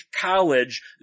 college